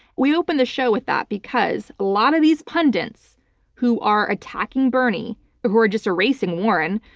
we opened the show with that because a lot of these pundits who are attacking bernie or who are just erasing warren,